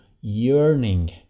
yearning